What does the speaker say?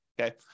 Okay